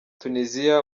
tuniziya